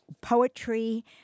poetry